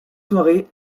soirée